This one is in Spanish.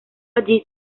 allí